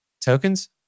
Tokens